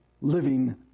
living